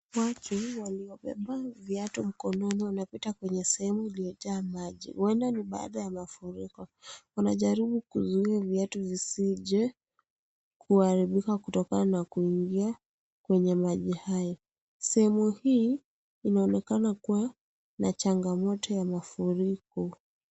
Watu waliobeba viatu mkononi wanapita kwenye sehemu iliyojaa maji. Huenda ni baada ya mafuriko. Wanajaribu kuzuia viatu zisije kuharibika kutokana na kuingia kwenye maji haya. Sehemu hii inaonekana kuwa na changamoto ya mafuriko.